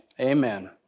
amen